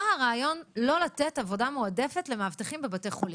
מה הרעיון לא לתת עבודה מועדפת למאבטחים בבתי חולים?